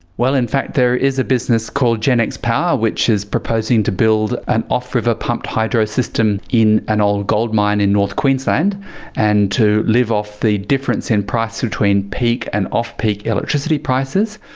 well, in fact there is a business called genex power which is proposing to build an off-river pumped hydro system in an old gold mine in north queensland and to live off the difference in price between peak and off-peak electricity prices.